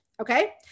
Okay